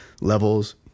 levels